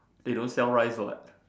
they don't sell rice what